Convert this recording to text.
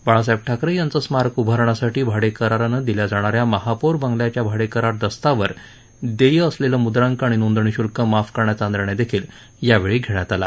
बाळासाहेब ठाकरे यांचं स्मारक उभारण्यासाठी भाडेकरारानं दिल्या जाणा या महापौर बंगल्याच्या भाडेकरार दस्तावर देय्य असलेलं मुद्रांक आणि नोंदणी शुल्क माफ करण्याचा निर्णय देखील यावेळी घेण्यात आला